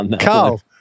Carl